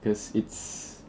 cause it's